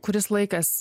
kuris laikas